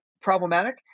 problematic